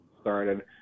started